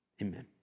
Amen